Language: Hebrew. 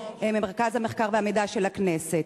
ממרכז המידע והמחקר של הכנסת.